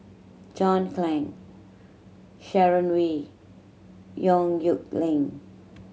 John Clang Sharon Wee Yong Nyuk Lin